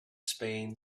spain